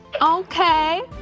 Okay